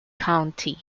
county